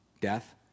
death